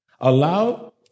Allow